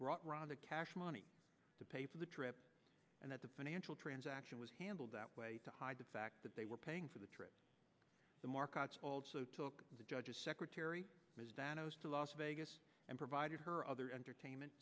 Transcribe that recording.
brought ron the cash money to pay for the trip and that the financial transaction was handled that way to hide the fact that they were paying for the trip the markets also took the judge's secretary to las vegas and provided her other entertainment